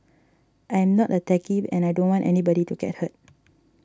I am not a techie and I don't want anybody to get hurt